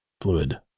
fluid